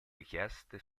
richieste